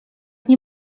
nie